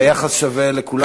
והיחס שווה לכולם?